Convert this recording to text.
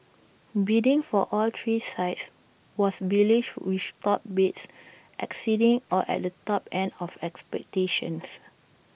bidding for all three sites was bullish with top bids exceeding or at the top end of expectations